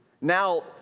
now